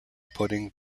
putting